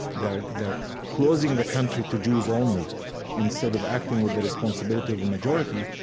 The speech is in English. they're they're closing the country to jews only instead of acting with the responsibility of a majority,